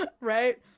Right